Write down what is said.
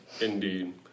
Indeed